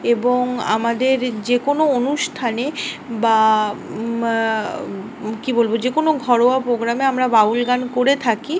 এবং আমাদের যে কোনো অনুষ্ঠানে বা কী বলব যে কোনো ঘরোয়া প্রোগ্রামে আমরা বাউল গান করে থাকি